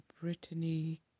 Brittany